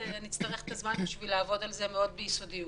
ונצטרך את הזמן בשביל לעבוד על זה מאוד ביסודיות.